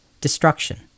destruction